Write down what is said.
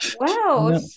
Wow